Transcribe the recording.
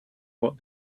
what